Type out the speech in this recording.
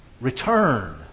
Return